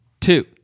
Two